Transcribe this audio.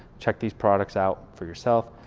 check these products out for yourself.